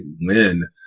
win